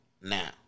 now